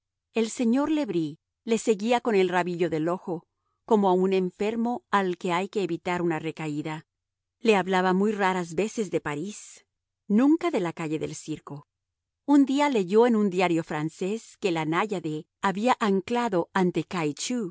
el señor le bris le seguía con el rabillo del ojo como a un enfermo al que hay que evitar una recaída le hablaba muy raras veces de parís nunca de la calle del circo un día leyó en un diario francés que la náyade había anclado ante